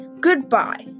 Goodbye